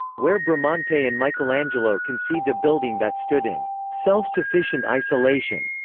where bramante and michelangelo conceived a building that stood in self-sufficient isolation,